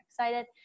excited